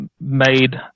made